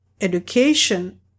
education